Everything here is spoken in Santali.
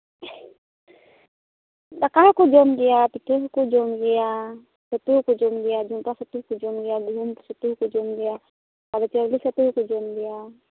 ᱫᱟᱠᱟ ᱦᱚᱠᱚ ᱡᱚᱢ ᱜᱮᱭᱟ ᱯᱤᱴᱷᱟᱹ ᱦᱚᱠᱚ ᱡᱚᱢ ᱜᱮᱭᱟ ᱪᱷᱟᱹᱛᱩ ᱦᱚᱠᱚ ᱡᱚᱢ ᱜᱮᱭᱟ ᱡᱚᱸᱰᱨᱟ ᱥᱤᱯᱤ ᱦᱚᱠᱚ ᱡᱚᱢ ᱜᱮᱭᱟ ᱜᱩᱦᱩᱢ ᱥᱤᱯᱤ ᱦᱚᱠᱚ ᱡᱚᱢ ᱜᱮᱭᱟ ᱟᱫᱚ ᱪᱟᱣᱞᱮ ᱥᱟᱛᱮᱜ ᱦᱚᱠᱚ ᱡᱚᱢ ᱜᱮᱭᱟ